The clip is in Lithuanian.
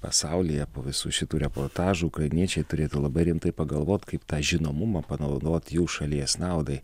pasaulyje po visų šitų reportažų ukrainiečiai turėtų labai rimtai pagalvot kaip tą žinomumą panaudot jų šalies naudai